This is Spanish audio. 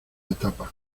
etapa